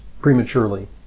prematurely